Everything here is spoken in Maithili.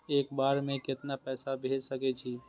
एक बार में केतना पैसा भेज सके छी?